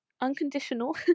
Unconditional